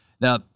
now